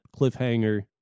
cliffhanger